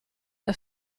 are